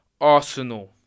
Arsenal